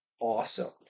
awesome